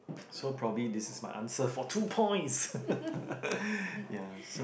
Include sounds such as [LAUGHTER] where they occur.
so probably this is my answer for two points [LAUGHS] ya so